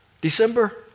December